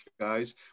guys